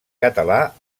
català